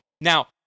Now